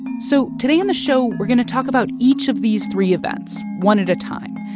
so today on the show, we're going to talk about each of these three events, one at a time,